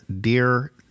Dear